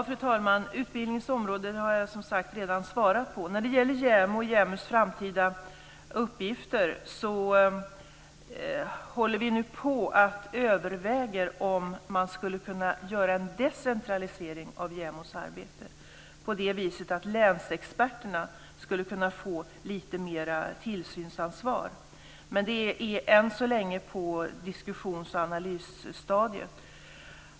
Fru talman! Jag har som sagt redan svarat på detta med utbildningens område. När det gäller JämO och JämO:s framtida uppgifter så håller vi nu på att överväga om man skulle kunna göra en decentralisering av JämO:s arbete på det viset att länsexperterna skulle kunna få lite mer tillsynsansvar. Men detta är än så länge på diskussions och analysstadiet.